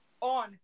on